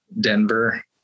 Denver